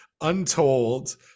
untold